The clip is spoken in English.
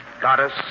Goddess